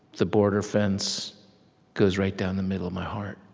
the border fence goes right down the middle of my heart.